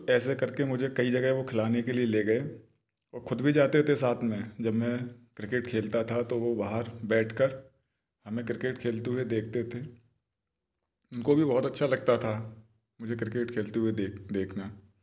ऐसे करके मुझे कई जगह वो खिलाने के लिए ले गए और खुद भी जाते थे साथ में जब मैं क्रिकेट खेलता था तो वो बाहर बैठकर हमें क्रिकेट खेलते हुए देखते थे उनको भी बहुत अच्छा लगता था मुझे क्रिकेट खेलते हुए देखना